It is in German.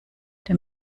der